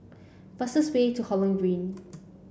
fastest way to Holland Green